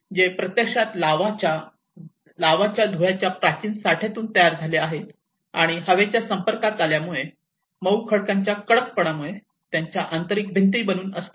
जे प्रत्यक्षात लावाच्या धूळांच्या प्राचीन साठ्यातून तयार झाले आहेत आणि हवेच्या संपर्कात आल्यामुळे आणि मऊ खडकांच्या कडकपणामुळे त्यांच्या आंतरिक भिंती मजबूत असतात